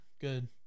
Good